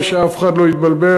ושאף אחד לא יתבלבל,